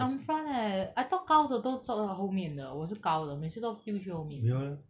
I'm in front leh I thought 高的都坐在后面的我是高的每次都丢去后面的